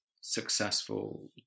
successful